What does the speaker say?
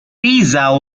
pizza